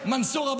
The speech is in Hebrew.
שלישית.